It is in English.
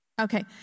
Okay